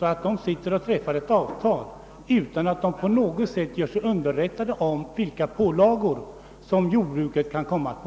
att den sitter och träffar ett avtal utan att på något sätt göra sig underrättad om vilka pålagor som jordbruket kommer att få.